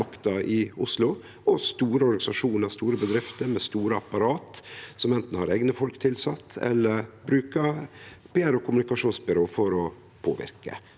i Oslo, og store organisasjonar og store bedrifter med store apparat som anten har eigne folk tilsett, eller som brukar PR- og kommunikasjonsbyrå for å påverke.